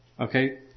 Okay